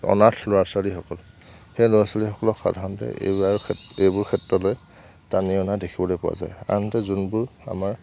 অনাথ ল'ৰা ছোৱালীসকল সেই ল'ৰা ছোৱালীসকলক সাধাৰণতে এইবাৰ এইবোৰ ক্ষেত্ৰলৈ টানি অনা দেখিবলৈ পোৱা যায় আনহাতে যোনবোৰ আমাৰ